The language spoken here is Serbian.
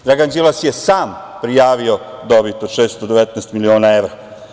Dragan Đilas je sam prijavio dobit od 619 miliona evra.